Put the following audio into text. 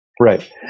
Right